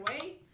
away